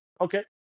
Okay